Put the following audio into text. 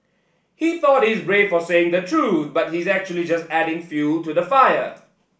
he thought he's brave for saying the truth but he's actually just adding fuel to the fire